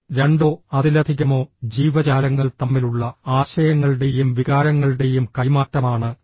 രണ്ടോ അതിലധികമോ ജീവജാലങ്ങൾ തമ്മിലുള്ള ആശയങ്ങളുടെയും വികാരങ്ങളുടെയും കൈമാറ്റമാണ് ഇത്